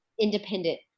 independent